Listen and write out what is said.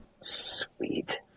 Sweet